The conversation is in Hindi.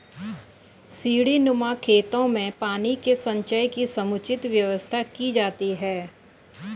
सीढ़ीनुमा खेतों में पानी के संचय की समुचित व्यवस्था की जाती है